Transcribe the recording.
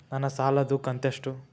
ನನ್ನ ಸಾಲದು ಕಂತ್ಯಷ್ಟು?